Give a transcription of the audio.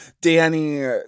Danny